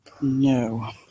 No